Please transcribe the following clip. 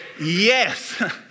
yes